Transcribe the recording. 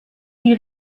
die